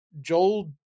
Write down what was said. Joel